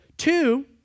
Two